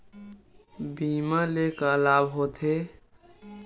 बीमा ले का लाभ होथे?